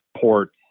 ports